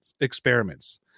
experiments